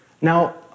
Now